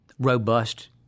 Robust